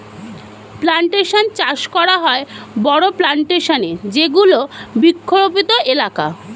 plantation চাষ করা হয় বড়ো প্লানটেশন এ যেগুলি বৃক্ষরোপিত এলাকা